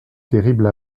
terrible